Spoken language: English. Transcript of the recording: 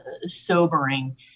sobering